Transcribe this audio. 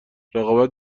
رقابت